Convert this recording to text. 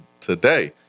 today